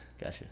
Gotcha